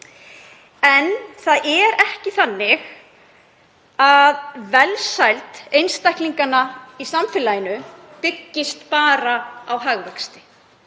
En það er ekki þannig að velsæld einstaklinganna í samfélaginu byggist bara á hagvexti.